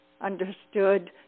understood